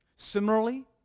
Similarly